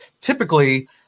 typically